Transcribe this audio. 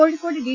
Kozhikode D